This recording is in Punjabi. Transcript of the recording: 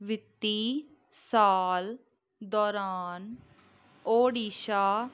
ਵਿੱਤੀ ਸਾਲ ਦੌਰਾਨ ਓਡੀਸ਼ਾ